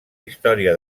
història